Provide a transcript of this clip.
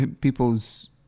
people's